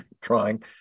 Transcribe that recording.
trying